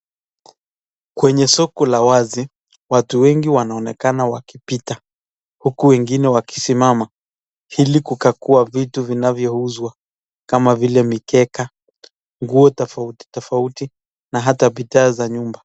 Kwenye soko la wazi watu wengi wanaonekana wakipita huku wengine wakisimama ili Kukagua vitu vinavyouzwa kama vile mikeka , nguo tofauti tofauti na hata bidhaa za nyumba.